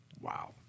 wow